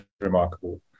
remarkable